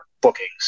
bookings